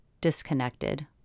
disconnected